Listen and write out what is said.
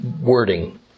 wording